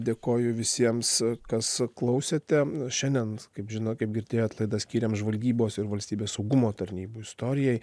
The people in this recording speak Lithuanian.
dėkoju visiems kas klausėte šiandien kaip žinot kaip girdėjot laidą skyrėm žvalgybos ir valstybės saugumo tarnybų istorijai